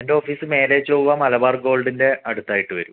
എൻ്റെ ഓഫീസ് മേലേ ചൊവ്വ മലബാർ ഗോൾഡിൻ്റെ അടുത്തായിട്ട് വരും